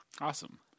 Awesome